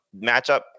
matchup